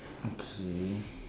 okay